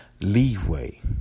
leeway